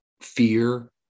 fear